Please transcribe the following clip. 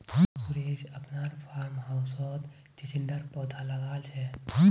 सुरेश अपनार फार्म हाउसत चिचिण्डार पौधा लगाल छ